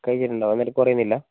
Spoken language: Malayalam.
കഴിച്ചിട്ടുണ്ടോ എന്നിട്ട് കുറയിന്നില്ല